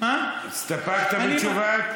הסתפקת בתשובה?